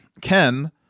Ken